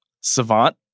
savant